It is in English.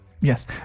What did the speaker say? Yes